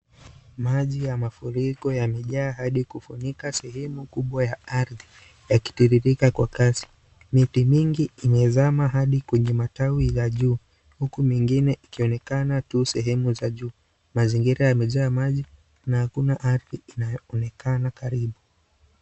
Maji ya mafuriko yamejaa hadi kufunika sehemu kubwa ya ardhi yakitiririka kwa kasi. Miti mingi imezama hadi kwenye matawi ya juu huku mingine ikionekana tu sehemu ya juu, mazingira yamejaa maji na hakuna ardhi inayoonekana karibu.